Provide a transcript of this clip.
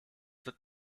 wird